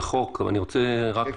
כן,